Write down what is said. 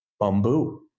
Bamboo